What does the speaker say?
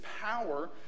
power